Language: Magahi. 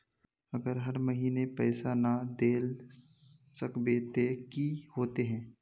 अगर हर महीने पैसा ना देल सकबे ते की होते है?